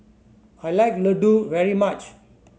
I like Ladoo very much